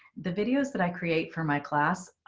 the videos that i create for my class.